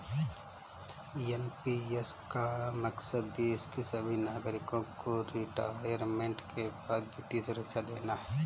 NPS का मकसद देश के सभी नागरिकों को रिटायरमेंट के बाद वित्तीय सुरक्षा देना है